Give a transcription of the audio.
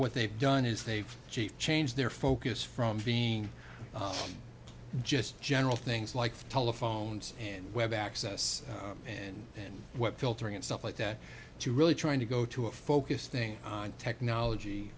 what they've done is they've changed their focus from being just general things like telephones and web access and then what filtering and stuff like that to really trying to go to a focus thing on technology